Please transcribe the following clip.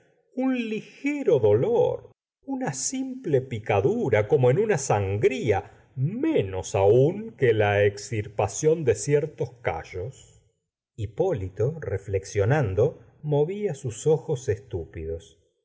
un huero dolor una simple picadura como en un sangría menos aún que en la extirpación de ciertos callos hipólito reflexionando movía sus ojos estúpidos